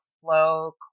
Flow